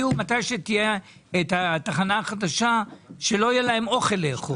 כשתהיה התחנה החדשה יהיו אנשים שלא יהיה להם אוכל לאכול.